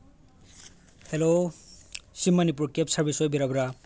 hello ꯁꯤ Manipur cab service ꯑꯣꯏꯕꯤꯔꯕ꯭ꯔꯥ